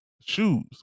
Shoes